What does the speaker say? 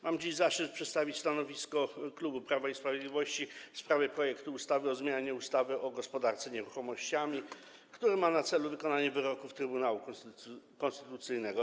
Mam dziś zaszczyt przedstawić stanowisko klubu Prawo i Sprawiedliwość w sprawie projektu ustawy o zmianie ustawy o gospodarce nieruchomościami, który ma na celu wykonanie wyroku Trybunału Konstytucyjnego.